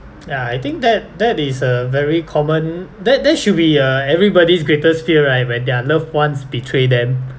ya I think that that is a very common that that should be uh everybody's greatest fear right when their loved ones betray them